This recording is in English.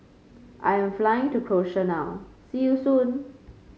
I am flying to Croatia now see you soon